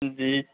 जी